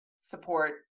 support